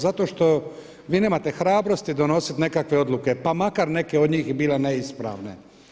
Zato što vi nemate hrabrosti donositi nekakve odluke, pa makar neke od njih bile i neispravne.